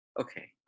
Okay